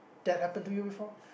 that happen to you before